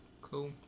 Cool